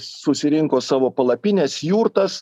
susirinko savo palapines jurtas